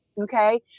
Okay